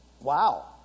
Wow